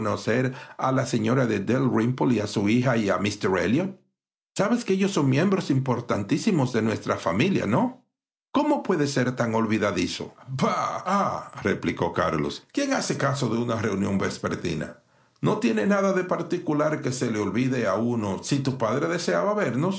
a la señora de dalrymple a su hija y a míster elliot miembros importantísimos de nuestra familia cómo puedes ser tan olvidadizo bah bah replicó carlos quién hace caso de una reunión vespertina no tiene nada de particular que se le olvide a uno si tu padre deseaba vernos